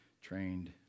trained